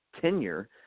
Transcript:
tenure